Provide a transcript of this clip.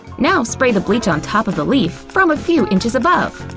now spray the bleach on top of the leaf from a few inches above.